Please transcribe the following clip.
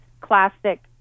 classic